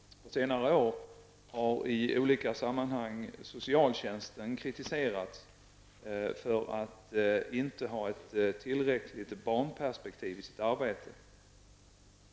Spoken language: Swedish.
Under senare år har i olika sammanhang socialtjänsten kritiserats för att inte ha ett tillräckligt barnperspektiv i sitt arbete.